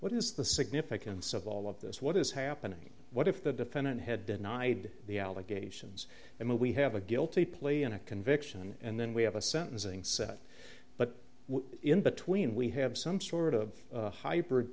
what is the significance of all of this what is happening what if the defendant had denied the allegations and we have a guilty plea and a conviction and then we have a sentencing set but in between we have some sort of hy